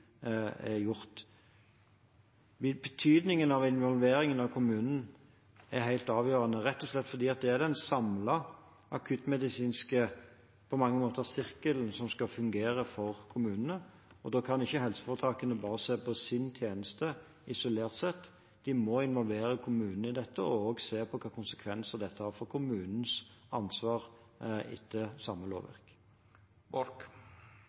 er gjort. Involvering av kommunene er helt avgjørende, rett og slett fordi det er den samlede akuttmedisinske sirkelen som skal fungere for kommunene. Da kan ikke helseforetakene bare se på sin tjeneste isolert; de må også involvere kommunene i dette og se på hvilke konsekvenser dette har for kommunenes ansvar etter det samme